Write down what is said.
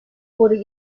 wurde